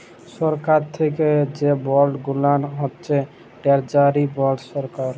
সরকারি থ্যাকে যে বল্ড গুলান হছে টেরজারি বল্ড সরকার